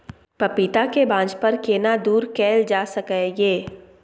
पपीता के बांझपन केना दूर कैल जा सकै ये?